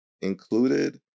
included